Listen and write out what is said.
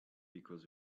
because